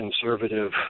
conservative